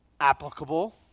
applicable